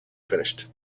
finished